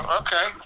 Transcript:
okay